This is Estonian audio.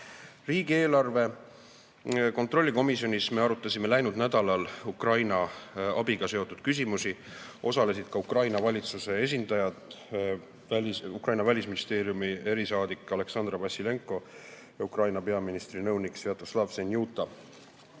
Riigieelarve kontrolli erikomisjonis me arutasime läinud nädalal Ukraina abiga seotud küsimusi. Osalesid ka Ukraina valitsuse esindajad, Ukraina välisministeeriumi erisaadik Aleksandra Vassilenko ja Ukraina peaministri nõunik Svjatoslav Senjuta.